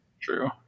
True